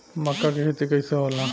मका के खेती कइसे होला?